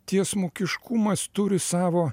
tiesmukiškumas turi savo